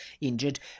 injured